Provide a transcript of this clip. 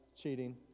Cheating